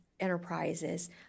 enterprises